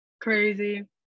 Crazy